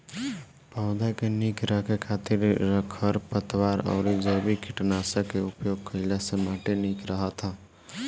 पौधा के निक रखे खातिर खरपतवार अउरी जैविक कीटनाशक के उपयोग कईला से माटी निक रहत ह